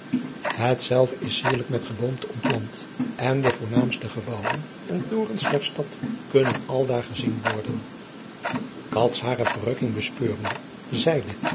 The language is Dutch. etzelve is sierlijk met geboomte omplant en de voornaamste gebouwen en torens der stad kunnen aldaar gezien worden hare verrukking bespeurende zeide